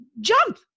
jump